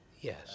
Yes